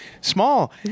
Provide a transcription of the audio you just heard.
Small